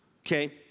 okay